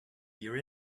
hear